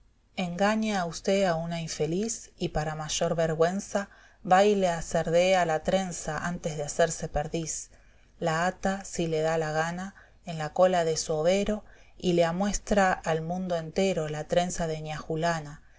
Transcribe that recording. engaña usté a una infeliz y para mayor vergüenza va y le cerdea la trenza antes de hacerse perdiz la ata si le da la gana en la cola de su overo y le amuestra al mundo entero la trenza de ña julana